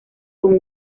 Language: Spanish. con